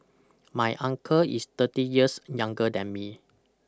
my uncle is thirty years younger than me